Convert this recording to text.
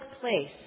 place